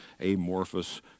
amorphous